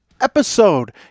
episode